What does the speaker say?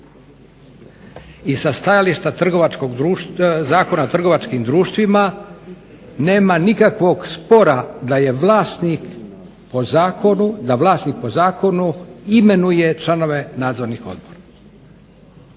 I sa stajališta Zakona o trgovačkim društvima nema nikakvog spora da vlasnik po zakonu imenuje članove nadzornih odbora.